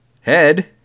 head